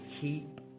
keep